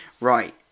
Right